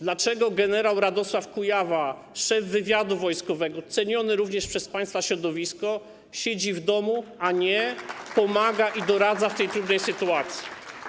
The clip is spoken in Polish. Dlaczego gen. Radosław Kujawa, szef wywiadu wojskowego, ceniony również przez państwa środowisko, siedzi w domu, a nie pomaga i doradza w tej trudnej sytuacji?